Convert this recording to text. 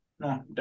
No